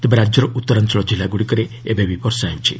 ତେବେ ରାଜ୍ୟର ଉତ୍ତରାଞ୍ଚଳ କିଲ୍ଲାଗୁଡ଼ିକରେ ଏବେବି ବର୍ଷା ହେଉଛି